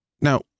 Now